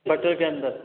butter के अंदर